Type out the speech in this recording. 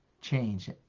change